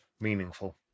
meaningful